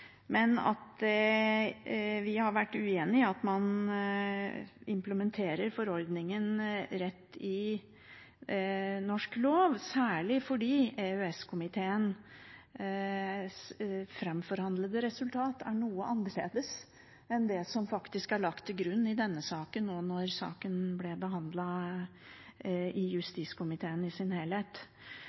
vi har vært uenig i at man implementerer forordningen rett i norsk lov, særlig fordi EØS-komiteens framforhandlede resultat er noe annerledes enn det som er lagt til grunn i denne saken, da saken ble behandlet i justiskomiteen i sin helhet.